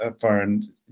foreign